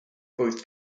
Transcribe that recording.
both